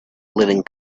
living